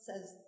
says